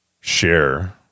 Share